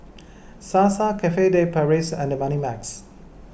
Sasa Cafe De Paris and Moneymax